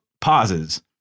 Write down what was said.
pauses